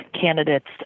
candidates